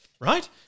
right